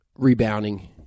rebounding